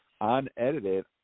unedited